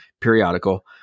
periodical